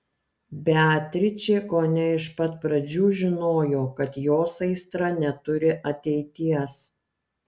beatričė kone iš pat pradžių žinojo kad jos aistra neturi ateities